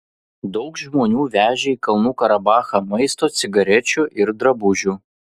daug žmonių vežė į kalnų karabachą maisto cigarečių ir drabužių